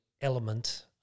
element